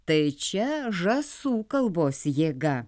tai čia žąsų kalbos jėga